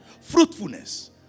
Fruitfulness